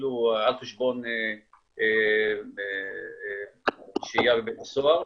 אפילו על חשבון שהייה בבית הסוהר.